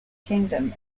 kingdom